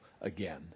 again